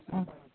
ꯑꯥ